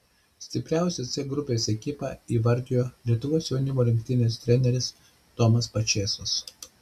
stipriausią c grupės ekipą įvardijo lietuvos jaunimo rinktinės treneris tomas pačėsas